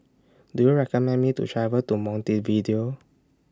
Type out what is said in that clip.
Do YOU recommend Me to travel to Montevideo